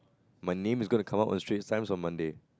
my name is gonna to cover on Strait-Times on Monday